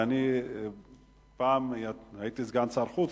ואני פעם הייתי סגן שר חוץ,